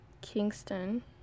Kingston